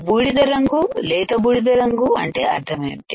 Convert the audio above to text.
బూడిద రంగు లేత బూడిద రంగు అంటే అర్థమేంటి